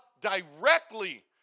directly